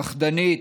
פחדנית,